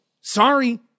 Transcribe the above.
Sorry